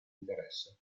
interesse